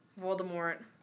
Voldemort